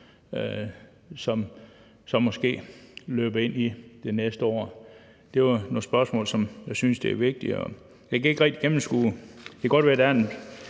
som måske løber ind i det næste år? Det er nogle spørgsmål, som jeg synes er vigtige. Det kan godt være, at der er en